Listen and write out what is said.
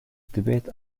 debate